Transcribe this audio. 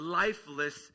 lifeless